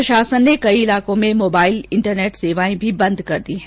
प्रशासन ने कई इलाकों में मोबाइल इंटरनेट सेवाएं भी बंद कर दी हैं